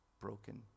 Broken